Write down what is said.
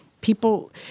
people